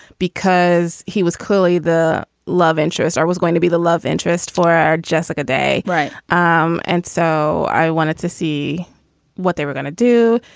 because he was clearly the love interest. i was going to be the love interest for our jessica day. right. um and so i wanted to see what they were gonna do.